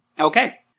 Okay